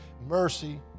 mercy